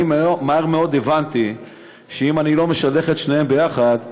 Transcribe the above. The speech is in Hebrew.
מהר מאוד הבנתי שאם אני לא משדך את שניהם ביחד,